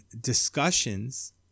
discussions